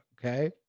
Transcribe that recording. okay